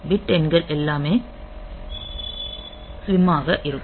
bit எண்கள் எல்லாமே ஸ்ம்மாக இருக்கும்